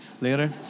later